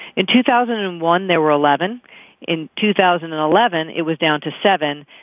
in two thousand and one there were eleven in two thousand and eleven it was down to seven.